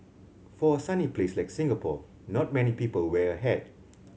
for a sunny place like Singapore not many people wear a hat